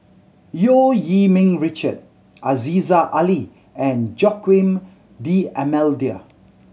Eu Yee Ming Richard Aziza Ali and Joaquim D'Almeida